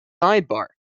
sidebar